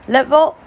Level